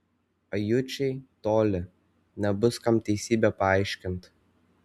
ajučiai toli nebus kam teisybę paaiškint